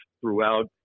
throughout